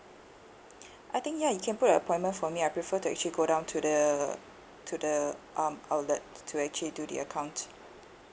I think ya you can book an appointment for me I prefer to actually go down to the to the um outlet to actually do the account